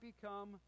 become